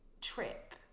trip